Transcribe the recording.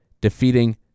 defeating